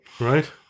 right